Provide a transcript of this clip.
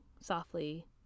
softly